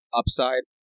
upside